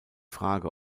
frage